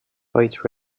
foyt